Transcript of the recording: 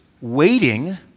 waiting